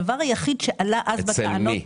אצל מי?